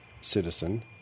citizen